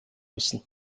müssen